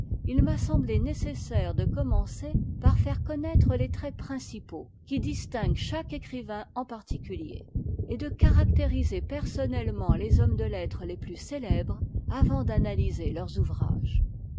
il m'a semmé nécessaire de commencer par faire connaître les traits principaux qui distinguent chaque écrivain en particulier et de caractériser personnellement les hommes de lettres les plus célèbres avant d'analyser leurs ouvrages